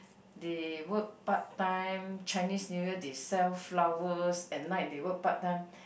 they work part time Chinese New Year they sell flowers and night they work part time